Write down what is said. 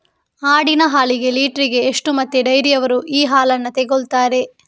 ಆಡಿನ ಹಾಲಿಗೆ ಲೀಟ್ರಿಗೆ ಎಷ್ಟು ಮತ್ತೆ ಡೈರಿಯವ್ರರು ಈ ಹಾಲನ್ನ ತೆಕೊಳ್ತಾರೆ?